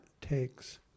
takes